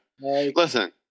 Listen